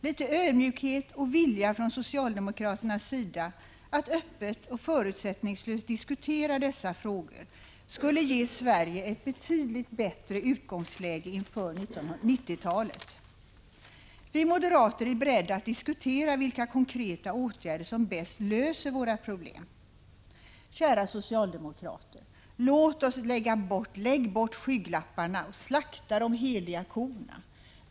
Litet ödmjukhet och vilja från socialdemokraternas sida att öppet och förutsättningslöst diskutera dessa frågor skulle ge Sverige ett betydligt bättre utgångsläge inför 1990-talet. Vi moderater är beredda att diskutera vilka konkreta åtgärder som bäst löser våra problem. Kära socialdemokrater, lägg bort skygglapparna! Slakta de heliga korna!